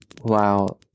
Wow